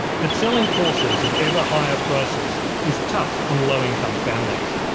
but selling courses at ever higher prices is tough on low-income families.